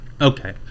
Okay